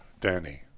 Danny